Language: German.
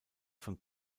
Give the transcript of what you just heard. von